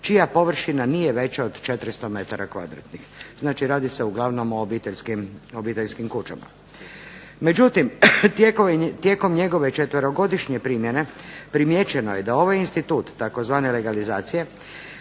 čije površina nije veće od 400 metara kvadratnih, znači radi se uglavnom o obiteljskim kućama. Međutim, tijekom njegove četverogodišnje primjene primijećeno je da ovaj institut tzv. legalizacije